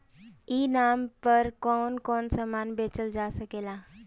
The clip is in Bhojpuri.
ई नाम पर कौन कौन समान बेचल जा सकेला?